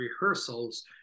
rehearsals